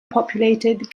populated